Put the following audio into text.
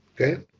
Okay